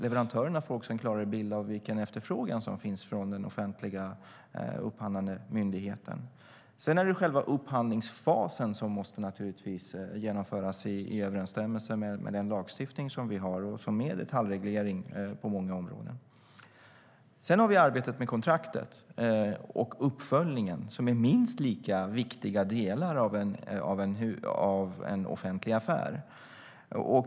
Leverantörerna får också en klarare bild av vilken efterfrågan som finns från den upphandlande myndigheten. Sedan är det själva upphandlingsfasen, som naturligtvis måste genomföras i överensstämmelse med den lagstiftning som vi har och som är detaljreglering på många områden. Sedan har vi arbetet med kontraktet och uppföljningen, som är minst lika viktiga delar av en offentlig affär.